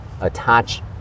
attach